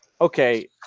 Okay